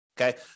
Okay